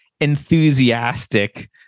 enthusiastic